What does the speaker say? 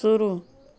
शुरू